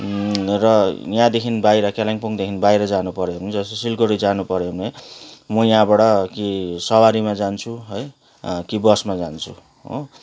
र यहाँदेखि बाहिर कालिम्पोङदेखि बाहिर जानु पऱ्यो भने जस्तो सिलगडी जानु पऱ्यो भने म यहाँबाट कि सवारीमा जान्छु है कि बसमा जान्छु हो